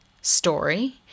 story